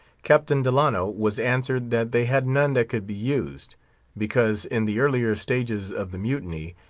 captain delano was answered that they had none that could be used because, in the earlier stages of the mutiny,